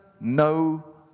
no